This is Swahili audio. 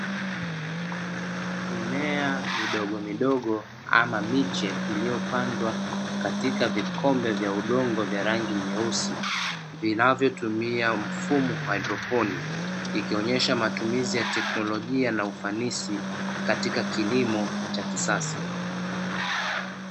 Mimea midogomidogo ama miche iliyopandwa katika vikombe vya udongo vya rangi nyeusi, vinavotumia mfumo wa haidroponi ikionyesha matumizi ya tekinolojia na ufanisi katika kilimo cha kisasa.